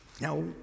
Now